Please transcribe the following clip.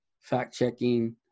fact-checking